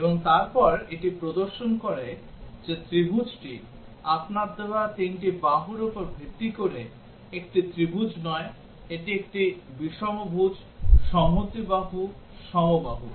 এবং তারপর এটি প্রদর্শন করে যে ত্রিভুজটি আপনার দেওয়া তিনটি বাহুর উপর ভিত্তি করে একটি ত্রিভুজ নয় এটি একটি বিষমভুজ সমদ্বিবাহু সমবাহু